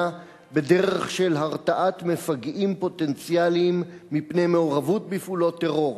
בדרך של הרתעת מפגעים פוטנציאליים מפני מעורבות בפעולות טרור.